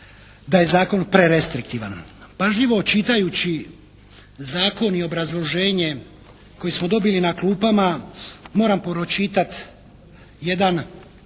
da je zakon prerestriktivan. Pažljivo čitajući zakon i obrazloženje koji smo dobili na klupama moram pročitati jedan